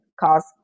cause